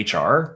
HR